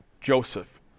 Joseph